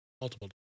multiple